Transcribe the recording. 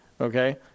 Okay